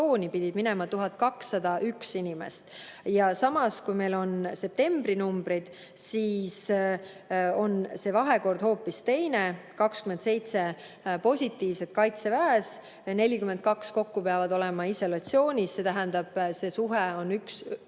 minema 1201 inimest. Samas, meil on septembri numbrid, siis oli see vahekord hoopis teine: 27 positiivset Kaitseväes, 42 kokku pidi olema isolatsioonis. See tähendab, et see suhe oli